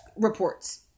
reports